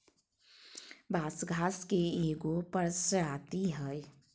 बांस घास के एगो प्रजाती हइ